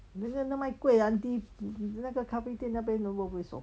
你那个那卖 kueh 的 auntie ni~ ni~ 你那个咖啡店那边会不会熟